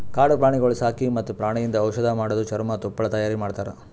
ಕಾಡು ಪ್ರಾಣಿಗೊಳ್ ಸಾಕಿ ಮತ್ತ್ ಪ್ರಾಣಿಯಿಂದ್ ಔಷಧ್ ಮಾಡದು, ಚರ್ಮ, ತುಪ್ಪಳ ತೈಯಾರಿ ಮಾಡ್ತಾರ